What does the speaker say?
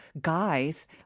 guys